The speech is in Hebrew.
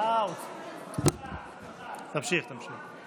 אה, תמשיך, תמשיך.